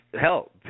Hell